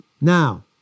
now